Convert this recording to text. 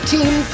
Team